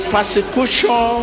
persecution